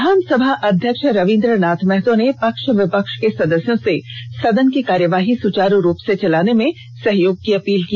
विधानसभा अध्यक्ष रविन्द्र नाथ महतो ने पक्ष विपक्ष के सदस्यों से सदन की कार्यवाही को सुचारू रूप से चलाने में सहयोग की अपील की